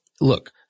look